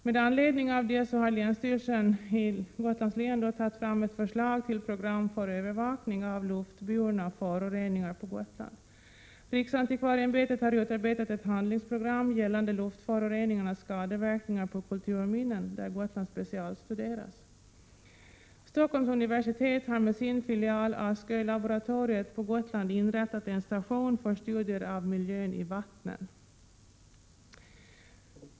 Med anledning av detta har länsstyrelsen i Gotlands län tagit fram ett förslag till program för övervakning av luftburna föroreningar på Gotland. Riksantikvarieämbetet har utarbetat ett handlingsprogram gällande luftföroreningarnas skadeverkningar på kulturminnen, där Gotland specialstuderas. Stockholms universitet har med sin filial Askölaboratoriet på Gotland inrättat en station för studier av miljön i vattnen.